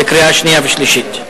בקריאה שנייה ובקריאה שלישית.